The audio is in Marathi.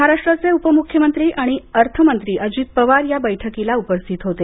महाराष्ट्राचे उपमुख्यमंत्री आणि अर्थमंत्री अजित पवार या बैठकीला उपस्थित होते